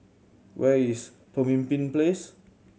where is Pemimpin Place